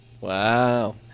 Wow